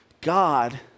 God